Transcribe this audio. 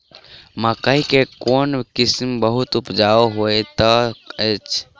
मकई केँ कोण किसिम बहुत उपजाउ होए तऽ अछि?